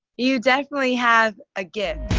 you definitely have a gift.